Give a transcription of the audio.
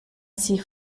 sie